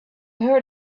heard